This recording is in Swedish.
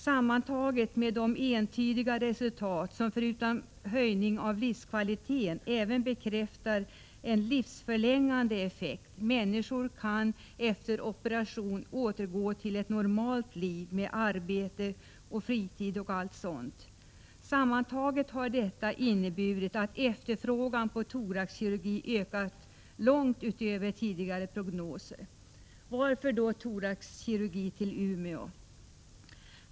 Sammantaget med de entydiga resultat som förutom höjning av livskvaliteten även bekräftar en livsförlängande effekt — människor kan efter operation återgå till ett normalt liv med arbete, fritid och allt sådant — har detta inneburit att efterfrågan på thoraxkirurgi ökat långt utöver tidigare prognoser. Varför då thoraxkirurgi till Umeå?